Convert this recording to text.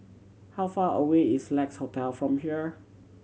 how far away is Lex Hotel from here